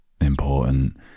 important